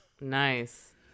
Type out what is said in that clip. Nice